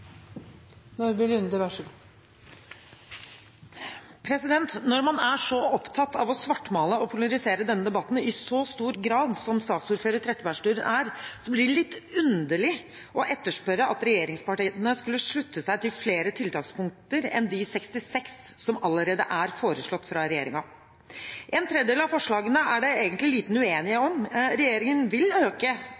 opptatt av å svartmale og polarisere denne debatten som saksordfører Trettebergstuen er, blir det litt underlig å etterspørre at regjeringspartiene skulle slutte seg til flere tiltakspunkter enn de 66 som allerede er foreslått fra regjeringen. En tredjedel av forslagene er det egentlig liten